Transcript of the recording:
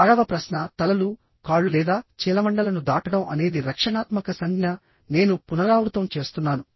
ఆరవ ప్రశ్న తలలుకాళ్ళు లేదా చీలమండలను దాటడం అనేది రక్షణాత్మక సంజ్ఞ నేను పునరావృతం చేస్తున్నాను